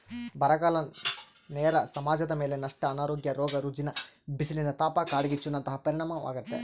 ಬರಗಾಲ ನೇರ ಸಮಾಜದಮೇಲೆ ನಷ್ಟ ಅನಾರೋಗ್ಯ ರೋಗ ರುಜಿನ ಬಿಸಿಲಿನತಾಪ ಕಾಡ್ಗಿಚ್ಚು ನಂತಹ ಪರಿಣಾಮಾಗ್ತತೆ